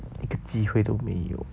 一个机会都没有